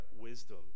wisdom